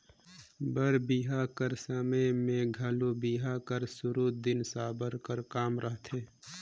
बर बिहा कर समे मे घलो बिहा कर सुरू दिन साबर कर काम रहथे